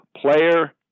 player